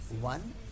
One